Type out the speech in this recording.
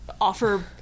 offer